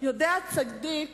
יודע צדיק